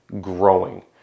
growing